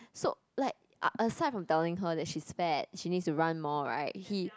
so like ah aside from telling her that she's fat she needs to run more right he